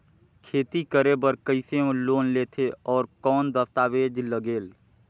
खेती करे बर कइसे लोन लेथे और कौन दस्तावेज लगेल?